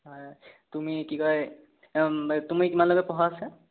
হয় তুমি কি কয় তুমি কিমানলৈকে পঢ়া আছা